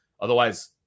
Otherwise